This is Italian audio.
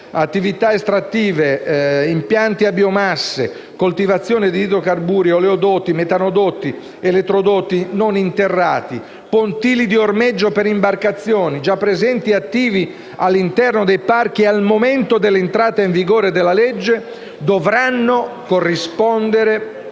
attività estrattive, impianti a biomasse, coltivazioni di idrocarburi, oleodotti, metanodotti, elettrodotti non interrati e pontili di ormeggio per imbarcazioni, già presenti e attivi all’interno dei parchi al momento dell’entrata in vigore della legge, dovranno corrispondere